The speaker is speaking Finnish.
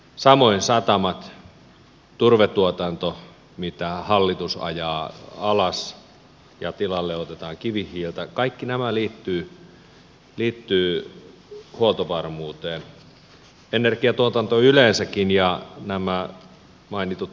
samoin satamat turvetuotanto mitä hallitus ajaa alas ja tilalle otetaan kivihiiltä kaikki nämä liittyvät huoltovarmuuteen energiatuotanto yleensäkin ja nämä mainitut sähköverkot